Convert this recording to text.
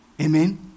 amen